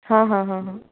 हाँ हाँ हाँ हाँ